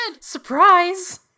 Surprise